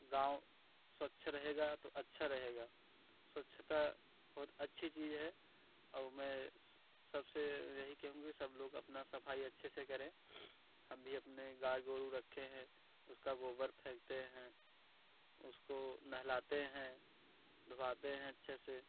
गाँव स्वच्छ रहेगा तो अच्छा रहेगा स्वच्छता बहुत अच्छी चीज़ है और मैं सबसे यही कहूँगी सब लोग अपना सफाई अच्छे से करें हम भी अपने गाय गोरू रखे हैं उसका गोबर फेंकते हैं उसको नहलाते हैं धुवाते हैं अच्छे से